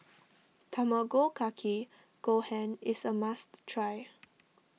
Tamago Kake Gohan is a must try